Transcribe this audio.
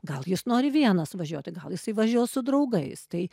gal jis nori vienas važiuoti gal jisai važiuos su draugais tai